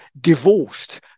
divorced